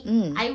mm